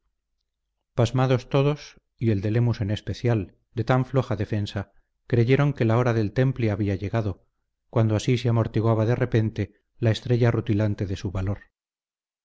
pasmado todos y el de lemus en especial de tan floja defensa creyeron que la hora del temple había llegado cuando así se amortiguaba de repente la estrella rutilante de su valor